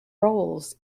roles